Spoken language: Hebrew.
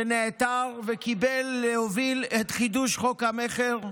שנעתר וקיבל להוביל את חידוש חוק המכר,